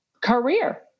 career